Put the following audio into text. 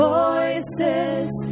voices